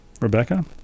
Rebecca